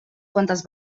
quantes